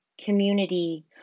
community